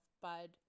Bud